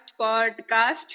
podcast